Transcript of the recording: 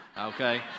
okay